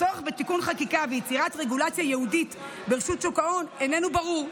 הצורך בתיקון חקיקה ויצירת רגולציה ייעודית ברשות שוק ההון איננו ברור.